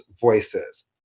voices